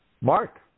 Mark